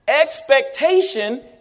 Expectation